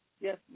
Yes